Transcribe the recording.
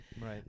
Right